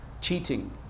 cheating